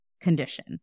condition